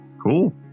cool